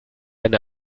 eine